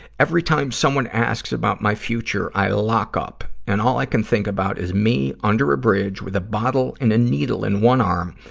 every time someone asks about my future, i lock up, and all i can think about is me under a bridge with a bottle and a needle in one arm,